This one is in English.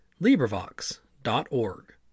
LibriVox.org